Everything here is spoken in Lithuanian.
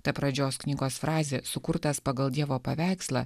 ta pradžios knygos frazė sukurtas pagal dievo paveikslą